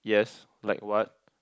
yes like what